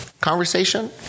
conversation